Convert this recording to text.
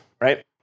right